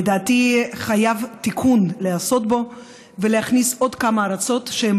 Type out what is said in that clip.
לדעתי חייבים לעשות בו תיקון ולהכניס עוד כמה ארצות שהן